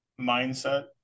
mindset